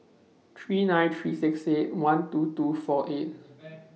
three nine three six eight one two two four eight